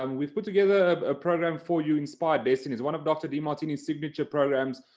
um we've put together a program for you, inspired destiny, it's one of dr. demartini's signature programs,